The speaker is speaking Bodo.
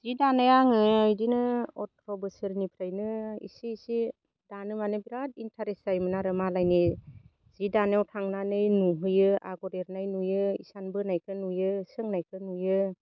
जि दानाया आङो इदिनो अथ्र बोसोरनिफ्रायनो इसे इसे दानो माने बिराद इन्ट्रेस्ट जायोमोन आरो मालायनि जि दानायाव थांनानै नुहैयो आगर एरनाय नुयो इसान बोनायखौ नुयो जि सोंनायखौ नुयो